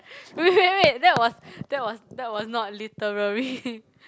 wait wait wait that was that was that was not literally